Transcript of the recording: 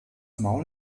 maul